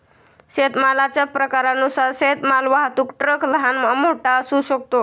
शेतमालाच्या प्रकारानुसार शेतमाल वाहतूक ट्रक लहान, मोठा असू शकतो